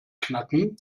knacken